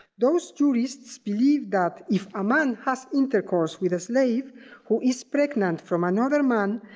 those jurists believed that if a man has intercourse with a slave who is pregnant from another man,